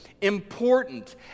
important